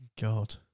God